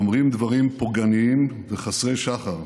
אומרים דברים פוגעניים וחסרי שחר,